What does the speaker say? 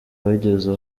wigeze